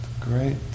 Great